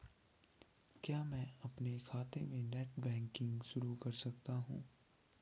क्या मैं अपने खाते में नेट बैंकिंग शुरू कर सकता हूँ?